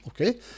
okay